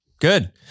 Good